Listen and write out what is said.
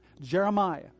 Jeremiah